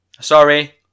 Sorry